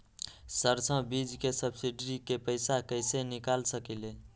सरसों बीज के सब्सिडी के पैसा कईसे निकाल सकीले?